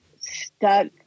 stuck